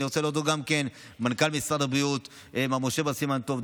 ואני רוצה להודות גם למנכ"ל משרד הבריאות מר משה בר סימן טוב,